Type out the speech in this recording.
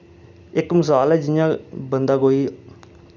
इक मसाल ऐ जि'यां बंदा कोई